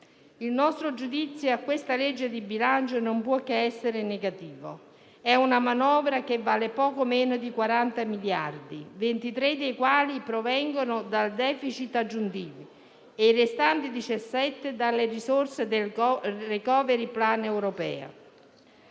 Il nostro giudizio su questa legge di bilancio non può che essere negativo: è una manovra che vale poco meno di 40 miliardi, 23 dei quali provengono da *deficit* aggiuntivi e i restanti 17 dalle risorse del *recovery plan* europeo